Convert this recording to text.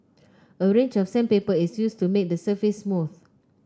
a range of sandpaper is used to make the surface smooth